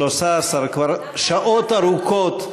13 כבר שעות ארוכות,